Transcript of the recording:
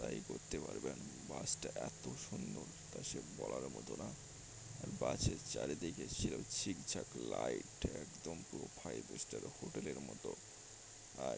তাই করতে পারবেন বাস টা এত সুন্দর তা সে বলার মতো না আর বাসের চারিদিকে ছিল ছিকঝাক লাইট একদম পুরো ফাইভ স্টার হোটেল এ মতো আর